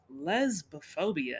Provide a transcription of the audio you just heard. lesbophobia